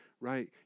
right